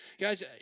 guys